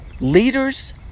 Leaders